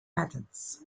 methods